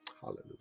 Hallelujah